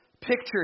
picture